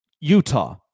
Utah